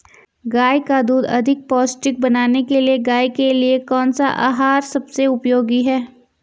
गाय का दूध अधिक पौष्टिक बनाने के लिए गाय के लिए कौन सा आहार सबसे उपयोगी है?